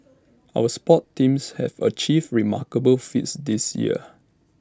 our sports teams have achieved remarkable feats this year